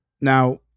now